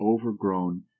overgrown